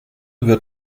wird